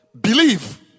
Believe